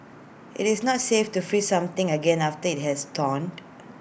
IT is not safe to freeze something again after IT has thawed